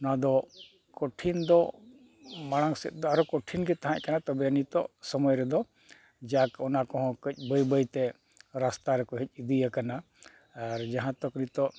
ᱱᱚᱣᱟ ᱫᱚ ᱠᱚᱴᱷᱤᱱ ᱫᱚ ᱢᱟᱟᱝ ᱥᱮᱫ ᱫᱚ ᱟᱨᱚ ᱠᱚᱴᱷᱤ ᱜᱮ ᱛᱟᱦᱮᱸ ᱠᱟᱱᱟ ᱛᱚᱵᱮ ᱱᱤᱛᱚᱜ ᱥᱚᱢᱚᱭ ᱨᱮᱫᱚ ᱡᱟᱠ ᱚᱱᱟ ᱠᱚᱦᱚᱸ ᱠᱟᱹᱡ ᱵᱟᱹᱭᱼᱵᱟᱹᱭᱛᱮ ᱨᱟᱥᱛᱟ ᱨᱮ ᱠᱚ ᱦᱮᱡ ᱤᱫᱤᱭ ᱟᱠᱟᱱᱟ ᱟᱨ ᱡᱟᱦᱟᱸ ᱛᱚᱠ ᱱᱤᱛᱚᱜ